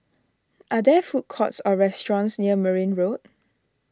are there food courts or restaurants near Merryn Road